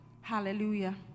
Hallelujah